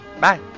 bye